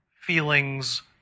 feelings